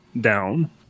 down